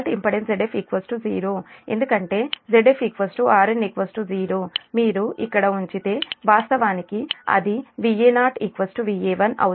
కాబట్టి మీరు ఆ Va1 Va2 Va0 1∟0 లోకి చూస్తే ఇది ఒకటి అంటే మీరు లాంగ్ డబుల్ లైన్ నుండి గ్రౌండ్ ఫాల్ట్ చేసినప్పుడు ఈ సమీకరణం కారణంగా ఇక్కడ 3Zf ఇంపెడెన్స్ ఉంది